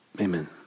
Amen